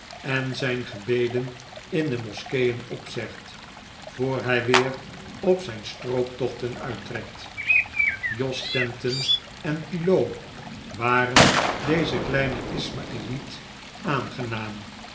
en zijn gebeden in de moskeeen opzegt voor hij weer op zijn strooptochten uittrekt jos tenten en pilau waren deze kleine ismaeliet aangenaam